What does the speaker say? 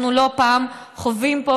אנחנו לא פעם חווים פה,